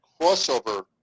crossover